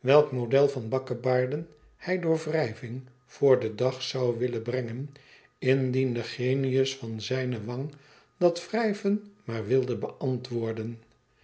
welk model van bakkebaarden hij door wrijving voor den dag zou willen brengen indien de genius van zijne wang dat wrijven maar wilde beantwoorden